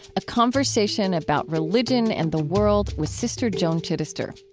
a conversation about religion and the world with sister joan chittister.